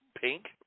pink